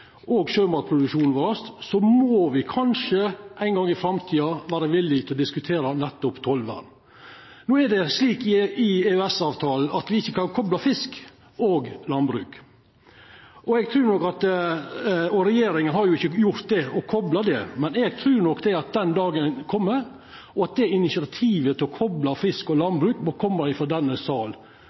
og sjømatproduksjonen vår, må me kanskje ein gong i framtida vera villige til å diskutera nettopp tollvern. No er det slik i EØS-avtalen at me ikkje kan kopla fisk og landbruk. Regjeringa har ikkje gjort det og kopla det, men eg trur nok at den dagen kjem, og initiativet til å kopla fisk og landbruk må koma frå denne